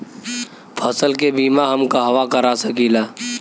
फसल के बिमा हम कहवा करा सकीला?